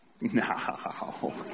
no